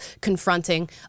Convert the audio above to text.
confronting